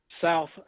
south